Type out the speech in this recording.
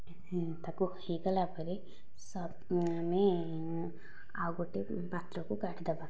ତାକୁ ହୋଇଗଲା ପରେ ଆମେ ଆଉ ଗୋଟିଏ ପାତ୍ରକୁ କାଢ଼ିଦେବା